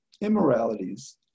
immoralities